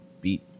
beat